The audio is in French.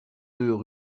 deux